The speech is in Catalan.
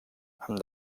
amb